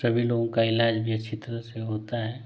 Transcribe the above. सभी लोगों का इलाज भी अच्छी तरह से होता है